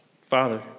Father